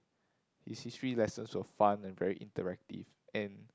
his History lessons were fun and very interactive and